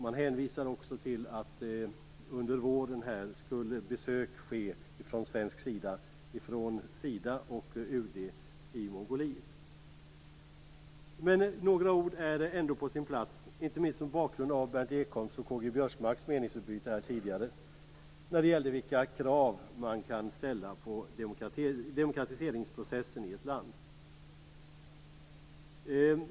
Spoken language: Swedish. Man hänvisar också till att besök från svensk sida - från Sida och UD - skall ske under våren i Mongoliet. Några ord är ändå på sin plats, inte minst mot bakgrund av Berndt Ekholms och K-G Biörsmarks meningsutbyte tidigare när det gällde vilka krav man kan ställa på demokratiseringsprocessen i ett land.